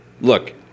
look